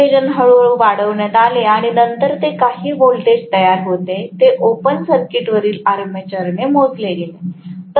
field उत्तेजन हळूहळू वाढविण्यात आले आणि नंतर जे काही व्होल्टेज तयार होते ते ओपन सर्किटवरील आर्मेचरने मोजले गेले